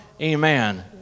Amen